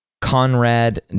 Conrad